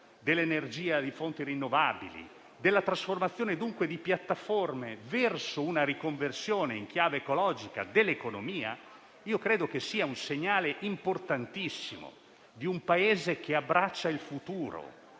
dell'energia da fonti rinnovabili, della trasformazione di piattaforme verso una riconversione in chiave ecologica dell'economia. Credo che sia un segnale importantissimo dato da un Paese che abbraccia il futuro